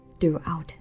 throughout